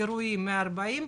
אירועים-140,